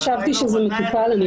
חשבתי שזה מטופל.